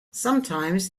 sometimes